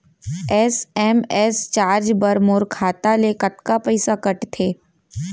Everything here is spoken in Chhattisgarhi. एस.एम.एस चार्ज बर मोर खाता ले कतका पइसा कटथे?